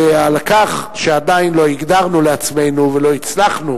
ועל כך שעדיין לא הגדרנו לעצמנו ולא הצלחנו